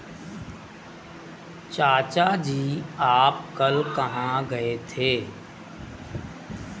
चाचा जी आप कल कहां गए थे?